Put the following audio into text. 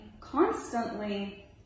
constantly